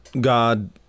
God